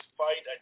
fight